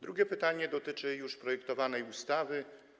Drugie pytanie dotyczy już projektowanej ustawy.